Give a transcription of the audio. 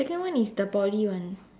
second one is the Poly one